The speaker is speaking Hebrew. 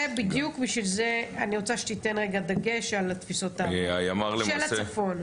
בדיוק בשביל זה אני רוצה שתיתן דגש --- של הצפון.